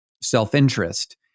self-interest